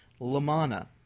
Lamana